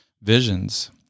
visions